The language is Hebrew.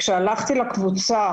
כשהלכתי לקבוצה